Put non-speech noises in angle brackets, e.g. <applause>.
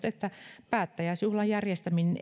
<unintelligible> että päättäjäisjuhlan järjestäminen <unintelligible>